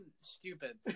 stupid